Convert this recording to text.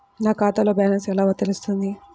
నా ఖాతాలో బ్యాలెన్స్ ఎలా తెలుస్తుంది?